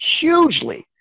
hugely